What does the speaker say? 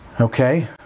Okay